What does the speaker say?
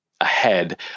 ahead